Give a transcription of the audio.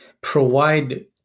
provide